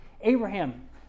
Abraham